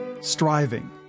striving